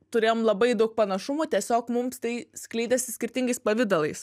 turėjom labai daug panašumų tiesiog mums tai skleidėsi skirtingais pavidalais